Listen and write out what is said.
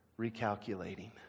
recalculating